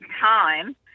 time